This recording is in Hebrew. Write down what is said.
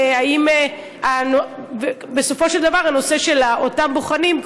האם בסופו של דבר הנושא של אותם בוחנים,